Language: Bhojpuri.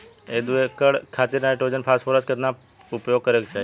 दू एकड़ खेत खातिर नाइट्रोजन फास्फोरस पोटाश केतना उपयोग करे के चाहीं?